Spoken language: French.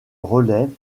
relève